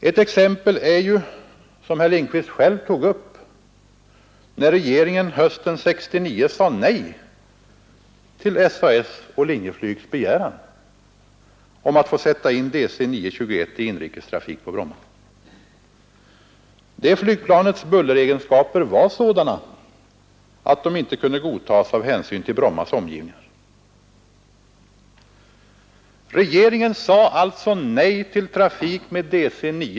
Ett exempel, som herr Lindkvist själv tog upp, är ju när regeringen hösten 1969 sade nej till SAS:s och Linjeflygs begäran om att få sätta in DC-9 21 i inrikestrafik på Bromma. Det flygplanets bulleregenskaper kunde inte godtas av hänsyn till Brommas omgivningar.